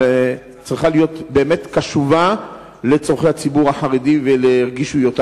אבל היא צריכה להיות קשובה לצורכי הציבור החרדי ולרגישויותיו,